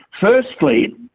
Firstly